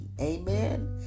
Amen